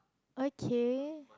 okay